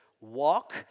walk